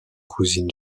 cousine